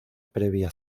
previa